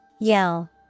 yell